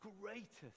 greatest